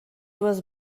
was